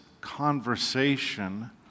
conversation